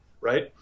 right